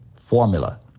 formula